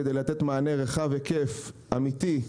כדי לתת מענה רחב היקף אמיתי,